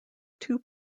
two